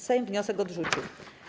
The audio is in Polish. Sejm wniosek odrzucił.